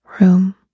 room